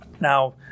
Now